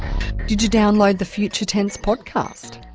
did you download the future tense podcast?